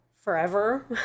forever